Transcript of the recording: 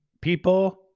People